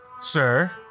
Sir